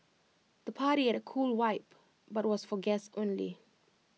the party had A cool vibe but was for guests only